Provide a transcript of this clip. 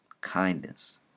kindness